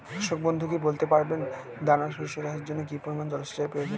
কৃষক বন্ধু কি বলতে পারবেন দানা শস্য চাষের জন্য কি পরিমান জলের প্রয়োজন?